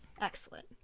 Excellent